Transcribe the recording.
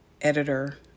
editor